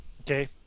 Okay